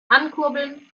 ankurbeln